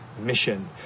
mission